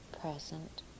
present